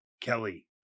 Kelly